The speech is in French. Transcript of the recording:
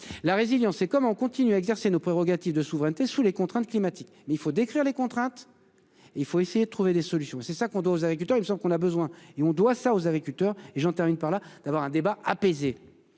la résilience et comment continuer à exercer nos prérogatives de souveraineté sous les contraintes climatiques mais il faut décrire les contraintes. Il faut essayer de trouver des solutions et c'est ça qu'on doit aux agriculteurs il me qu'on a besoin et on doit ça aux agriculteurs et j'en termine par là, d'avoir un débat apaisé